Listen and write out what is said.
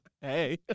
hey